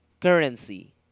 currency